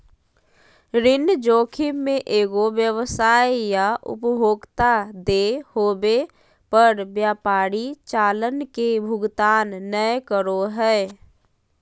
ऋण जोखिम मे एगो व्यवसाय या उपभोक्ता देय होवे पर व्यापारी चालान के भुगतान नय करो हय